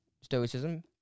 stoicism